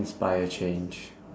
inspire change